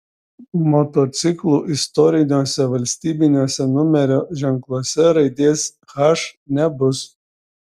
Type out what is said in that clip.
motociklų istoriniuose valstybiniuose numerio ženkluose raidės h nebus